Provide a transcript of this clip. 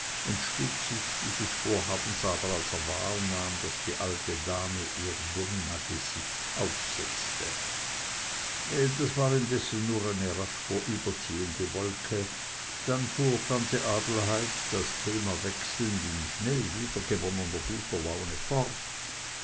entschlug sich dieses vorhabens aber als er wahrnahm daß die alte dame ihr dominagesicht aufsetzte das war indessen nur eine rasch vorüberziehende wolke dann fuhr tante adelheid das thema wechselnd in schnell wiedergewonnener guter laune fort